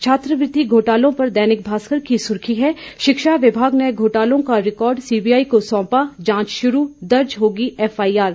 छात्रवृति घोटाले पर दैनिक भास्कर की सुर्खी है शिक्षा विभाग ने घोटाले का रिकॉर्ड सीबीआई को सौंपा जांच शुरू दर्ज होगी एफआईआर